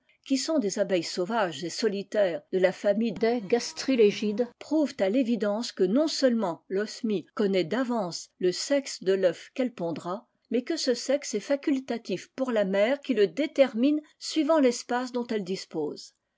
qui sont des abeilles sauvages et solitaires de la famille des gastril égides prouvent à tévidence que non seulement rosmie connaît d'avance le sexe de laut qu'elle pondra mais que ce sexe est facultatif pour la mère qui le détermine suivant l'espace dont elle dispose